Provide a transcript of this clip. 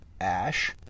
Ash